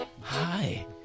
Hi